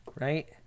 right